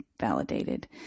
validated